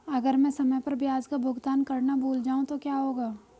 अगर मैं समय पर ब्याज का भुगतान करना भूल जाऊं तो क्या होगा?